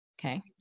Okay